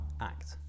act